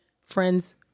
friends